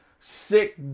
Sick